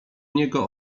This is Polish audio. niego